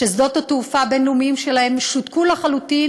שדות התעופה הבין-לאומיים שלהם שותקו לחלוטין